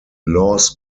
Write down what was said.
laws